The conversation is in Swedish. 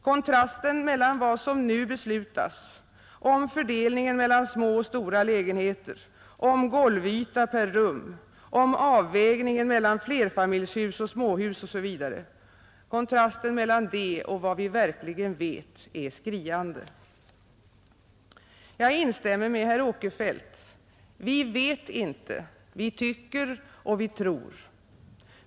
Kontrasten mellan vad som nu beslutas om fördelningen mellan små och stora lägenheter, om golvyta per rum, om avvägningen mellan flerfamiljshus och småhus osv., kontrasten mellan det och vad vi möjligen vet är skriande stor. Jag instämmer med herr Åkerfeldt. Vi vet inte — vi tycker och vi tror.